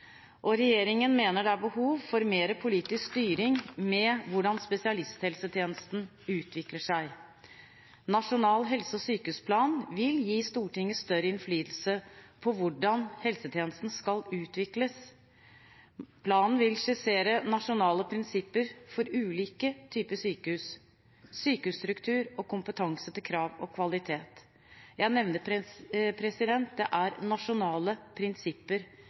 og regjeringen mener det er behov for mer politisk styring med hvordan spesialisthelsetjenesten utvikler seg. Nasjonal helse- og sykehusplan vil gi Stortinget større innflytelse på hvordan helsetjenesten skal utvikles. Planen vil skissere nasjonale prinsipper for ulike typer sykehus, sykehusstruktur og krav til kompetanse og kvalitet. Jeg nevner at det er nasjonale prinsipper,